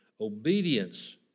obedience